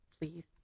Please